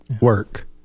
work